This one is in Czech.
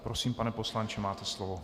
Prosím, pane poslanče, máte slovo.